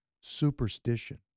Superstition